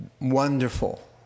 wonderful